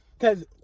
cause